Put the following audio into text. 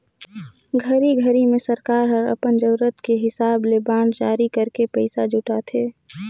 घरी घरी मे सरकार हर अपन जरूरत के हिसाब ले बांड जारी करके पइसा जुटाथे